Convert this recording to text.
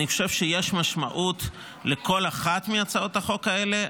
אני חושב שיש משמעות לכל אחת מהצעות החוק האלה,